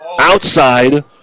outside